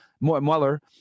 Mueller